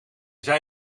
zei